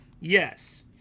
Yes